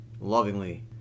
Lovingly